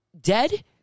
dead